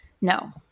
no